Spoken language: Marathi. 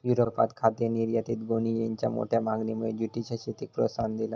युरोपात खाद्य निर्यातीत गोणीयेंच्या मोठ्या मागणीमुळे जूटच्या शेतीक प्रोत्साहन दिला